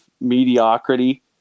mediocrity